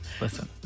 Listen